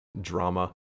drama